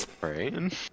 Right